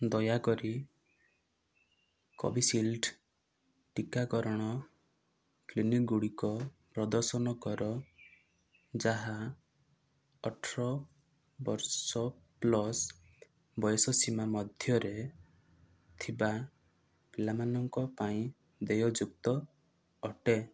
ଦୟାକରି କୋଭିସିଲଡ଼୍ ଟୀକାକରଣ କ୍ଲିନିକ୍ ଗୁଡ଼ିକ ପ୍ରଦର୍ଶନ କର ଯାହା ଅଠର ବର୍ଷ ପ୍ଲସ୍ ବୟସ ସୀମା ମଧ୍ୟରେ ଥିବା ପିଲାମାନଙ୍କ ପାଇଁ ଦେୟ ଯୁକ୍ତ ଅଟେ